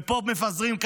ופה מפזרים,